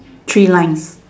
three lines